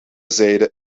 zijden